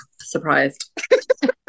surprised